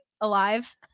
alive